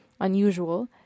unusual